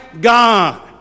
God